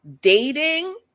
Dating